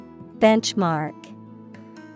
Benchmark